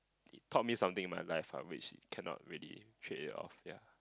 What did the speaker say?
it taught me something in my life uh which you cannot really trade it off ya